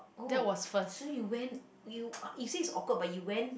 oh so you went you you say it's awkward but you went